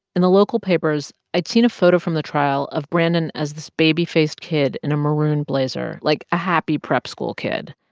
in the local papers, i'd seen a photo from the trial of brandon as the baby-faced kid in a maroon blazer, like a happy prep-school kid.